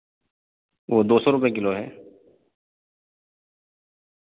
وہ دو سو روپے کلو ہے